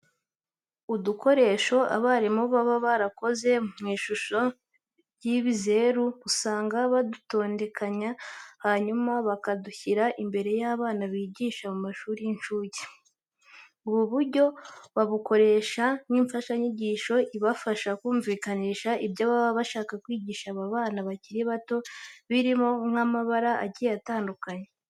Udukoresho abarimu baba barakoze mu ishusho y'ibizeru usanga badutondekanya hanyuma bakadushyira imbere y'abana bigisha mu mashuri y'incuke. Ubu buryo babukoresha nk'imfashanyigisho ibafasha kumvikanisha ibyo baba bashaka kwigisha aba bana bakiri bato birimo nk'amabara agiye atandukanye.